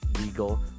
legal